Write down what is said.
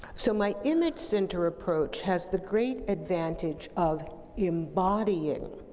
so, my image-centered approach has the great advantage of embodying,